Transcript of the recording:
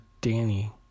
Danny